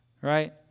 right